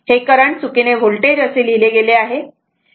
हे करंट चुकीने व्होल्टेज असे लिहिले गेले आहे